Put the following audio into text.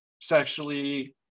sexually